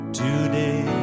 today